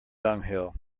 dunghill